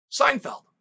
Seinfeld